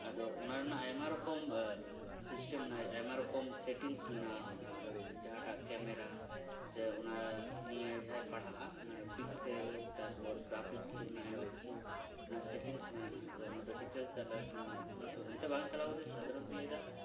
ᱟᱫᱚ ᱚᱱᱟ ᱨᱮᱭᱟᱜ ᱟᱭᱢᱟ ᱨᱚᱠᱚᱢ ᱥᱤᱥᱴᱮᱢ ᱢᱮᱱᱟᱜᱼᱟ ᱟᱭᱢᱟ ᱨᱚᱠᱚᱢ ᱥᱮᱴᱤᱝᱥ ᱢᱮᱱᱟᱜᱼᱟ ᱚᱱᱟ ᱡᱟᱦᱟᱴᱟᱜ ᱠᱮᱢᱮᱨᱟ ᱥᱮ ᱚᱱᱟ ᱱᱤᱭᱟᱹ ᱡᱟᱦᱟᱸᱭ ᱯᱟᱲᱦᱟᱜᱼᱟ ᱯᱤᱠᱥᱮᱞ ᱛᱟᱨᱯᱚᱨ ᱜᱨᱟᱯᱷᱤᱠᱥ ᱠᱚᱨᱮᱱᱟᱜ ᱟᱭᱢᱟ ᱠᱤᱪᱷᱩ ᱥᱮᱴᱤᱝᱥ ᱢᱮᱱᱟᱜᱼᱟ ᱚᱱᱟ ᱫᱚ ᱰᱤᱴᱮᱞᱥ ᱛᱮ ᱟᱞᱳᱪᱚᱱᱟᱭ ᱦᱩᱭᱩᱜᱼᱟ ᱛᱚ ᱚᱱᱛᱮ ᱵᱟᱝ ᱪᱟᱞᱟᱣ ᱠᱟᱛᱮ ᱥᱟᱫᱷᱟᱨᱚᱱ ᱛᱮᱧ ᱞᱟᱹᱭ ᱮᱫᱟ